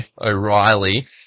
O'Reilly